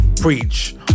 Preach